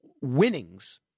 winnings